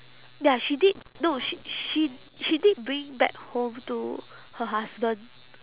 ya she did no sh~ she she did bring back home to her husband